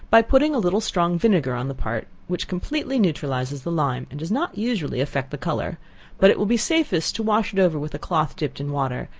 by putting a little strong vinegar on the part, which completely neutralizes the lime, and does not usually effect the color but it will be safest to wash it over with a cloth dipped in water,